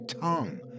tongue